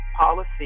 policy